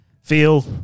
feel